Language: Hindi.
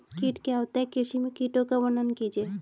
कीट क्या होता है कृषि में कीटों का वर्णन कीजिए?